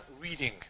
reading